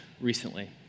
recently